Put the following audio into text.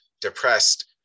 depressed